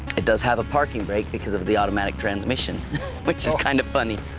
it does have a parking break because of the automatic transmission which is kind of funny.